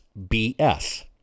BS